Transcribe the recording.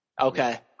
Okay